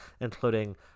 including